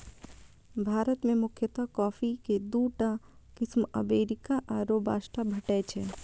भारत मे मुख्यतः कॉफी के दूटा किस्म अरेबिका आ रोबास्टा भेटै छै